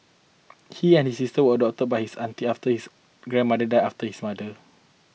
he and his sister were adopted by his aunt after his grandmother died after his mother